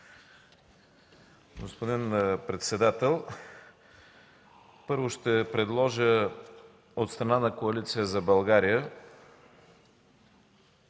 Господин председател, първо ще предложа от страна на Коалиция за България